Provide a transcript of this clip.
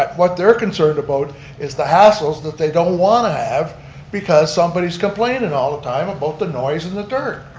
what they're concerned about is the hassles that they don't want to have because somebody's complaining and all the time about the noise and the dirt.